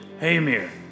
Hamir